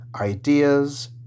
ideas